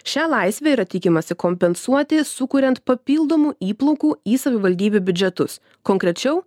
šia laisve yra tikimasi kompensuoti sukuriant papildomų įplaukų į savivaldybių biudžetus konkrečiau